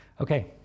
Okay